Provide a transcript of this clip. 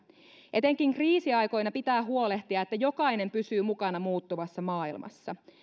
etenkin kriisiaikoina pitää huolehtia että jokainen pysyy mukana muuttuvassa maailmassa